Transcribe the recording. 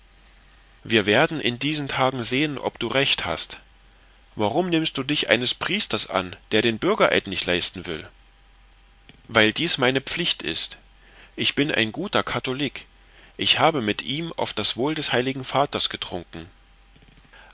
wir werden in diesen tagen sehen ob du recht hast warum nimmst du dich eines priesters an der den bürgereid nicht leisten will weil dies meine pflicht ist ich bin ein guter katholik ich habe mit ihm auf das wohl des heiligen vaters getrunken